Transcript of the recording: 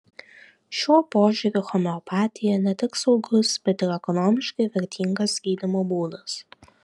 šiuo požiūriu homeopatija ne tik saugus bet ir ekonomiškai vertingas gydymo būdas